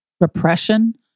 repression